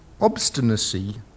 obstinacy